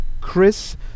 Chris